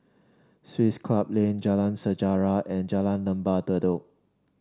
Swiss Club Lane Jalan Sejarah and Jalan Lembah Bedok